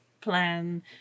plan